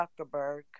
Zuckerberg